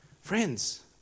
friends